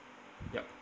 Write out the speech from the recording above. yup